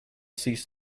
cease